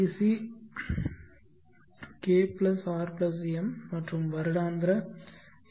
C K R M மற்றும் வருடாந்திர L